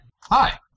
Hi